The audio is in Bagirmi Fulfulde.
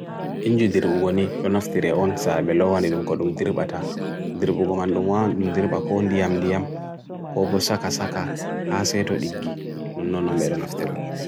Be do naftira haire dirbugo to be dirban kuje ha defetendu.